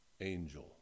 angel